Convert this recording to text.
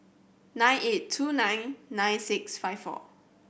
nine eight two nine nine six five four